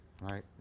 right